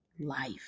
life